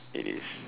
it is